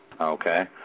okay